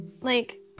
Like-